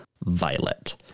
Violet